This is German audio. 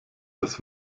das